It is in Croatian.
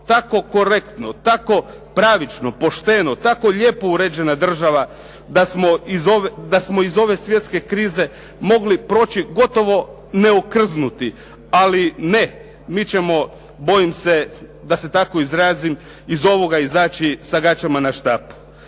tako korektno, pravično, pošteno, tako lijepo uređena država da smo iz ove svjetske krize mogli proći gotovo neokrznuti. Ali ne, mi ćemo, bojim se, da se tako izrazim iz ovoga izaći "sa gaćama na štapu".